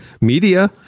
media